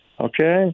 okay